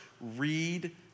read